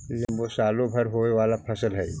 लेम्बो सालो भर होवे वाला फसल हइ